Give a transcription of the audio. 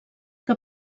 que